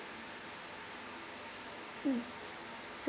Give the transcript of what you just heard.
mm